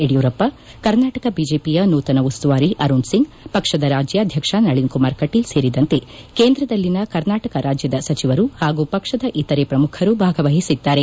ಯಡಿಯೂರಪ್ಪ ಕರ್ನಾಟಕ ಬಿಜೆಪಿಯ ನೂತನ ಉಸ್ತುವಾರಿ ಅರುಣ್ ಸಿಂಗ್ ಪಕ್ಷದ ರಾಜ್ಕಾಧಕ್ಷ ನಳನ್ಕುಮಾರ್ ಕಟೀಲ್ ಸೇರಿದಂತೆ ಕೇಂದ್ರದಲ್ಲಿನ ಕರ್ನಾಟಕ ರಾಜ್ಕದ ಸಚಿವರು ಪಾಗೂ ಪಕ್ಷದ ಇತರೆ ಪ್ರಮುಖರು ಭಾಗವಒಸಿದ್ದಾರೆ